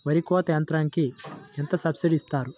వరి కోత యంత్రంకి ఎంత సబ్సిడీ ఇస్తారు?